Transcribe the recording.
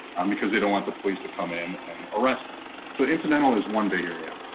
um because they don't want the police to come in and arrest them so incidental is one big area.